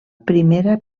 primera